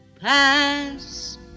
pass